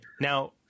Now